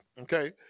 Okay